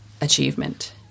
achievement